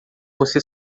você